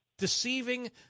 deceiving